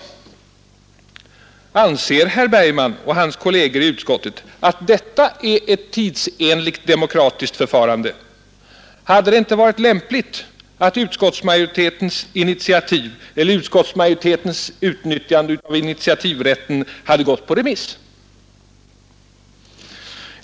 Anser herr Bergman och hans kolleger i utskottet att detta är ett tidsenligt demokratiskt förfarande? Hade det inte varit lämpligt att utskottsmajoritetens initiativ eller utskottsmajoritetens utnyttjande av initiativrätten hade gått på remiss?